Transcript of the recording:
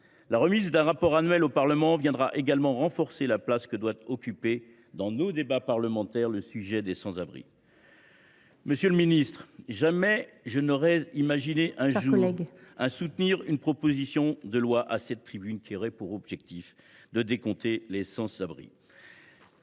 La remise d’un rapport annuel au Parlement viendra également renforcer la place que doit occuper dans nos débats parlementaires le sujet des sans abri. Monsieur le ministre, jamais je n’aurais imaginé un jour soutenir à cette tribune une proposition de loi visant à décompter les sans abri…